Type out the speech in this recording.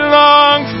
long